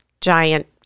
giant